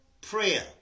prayer